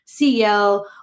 ceo